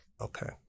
Okay